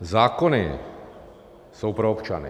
Zákony jsou pro občany.